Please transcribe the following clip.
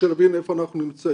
בשביל להבין איפה אנחנו נמצאים.